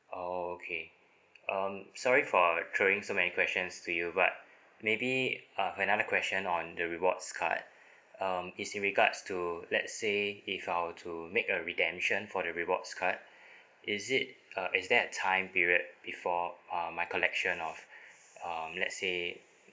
oh okay um sorry for throwing so many questions to you but maybe uh another question on the rewards card um is in regards to let's say if I were to make a redemption for the rewards card is it uh is there a time period before uh my collection of um let's say